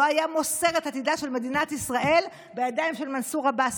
לא היה מוסר את עתידה של מדינת ישראל בידיים של מנסור עבאס.